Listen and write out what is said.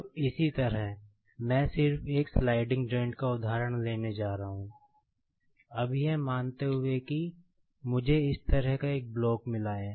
अब इसी तरह मैं सिर्फ एक स्लाइडिंग जॉइंट् का उदाहरण लेने जा रहा हूं अब यह मानते है कि मुझे इस तरह का एक ब्लॉक मिला है